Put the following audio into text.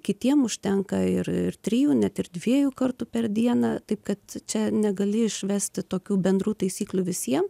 kitiem užtenka ir ir trijų net ir dviejų kartų per dieną taip kad čia negali išvesti tokių bendrų taisyklių visiem